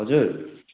हजुर